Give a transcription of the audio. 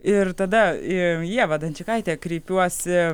ir tada į ievą dunčikaitę kreipiuosi